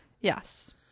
Yes